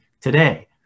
today